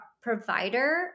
provider